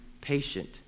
patient